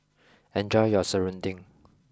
enjoy your Serunding